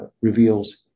reveals